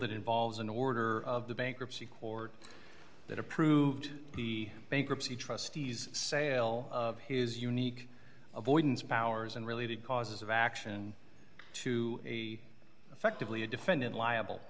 that involves an order of the bankruptcy court that approved the bankruptcy trustees sale of his unique avoidance powers and related causes of action to a affectively a defendant liable